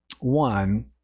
one